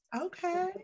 okay